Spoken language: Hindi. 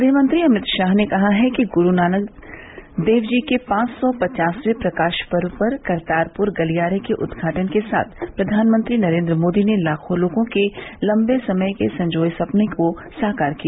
गृहमंत्री अमित शाह ने कहा है कि गुरू नानक देव जी के पांच सौ पचासवें प्रकाश पर्व पर करतारपुर गलियारे के उद्घाटन के साथ प्रधानमंत्री नरेन्द्र मोदी ने लाखों लोगों के लम्बे समय के संजोए सपनों को साकार किया